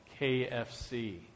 KFC